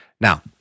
Now-